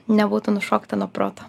nebūtų nušokta nuo proto